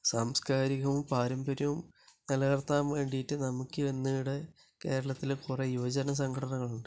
സാംസ്കാരികവും പാരമ്പര്യവും നിലനിർത്താൻ വേണ്ടിയിട്ട് നമുക്ക് ഇന്നിവിടെ കേരളത്തിലെ കുറെ യുവജന സംഘടനകളുണ്ട്